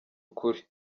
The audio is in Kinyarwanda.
ukuri